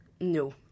No